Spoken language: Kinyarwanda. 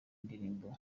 ndirimbo